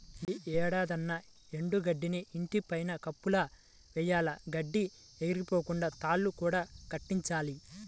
యీ ఏడాదన్నా ఎండు గడ్డిని ఇంటి పైన కప్పులా వెయ్యాల, గడ్డి ఎగిరిపోకుండా తాళ్ళు కూడా కట్టించాలి